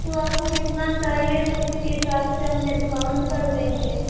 तो आपको कितना चाहिए तो उसी के हिसाब से हम डिस्काउन्ट कर देंगे